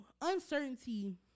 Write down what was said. uncertainty